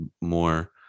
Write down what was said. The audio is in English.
more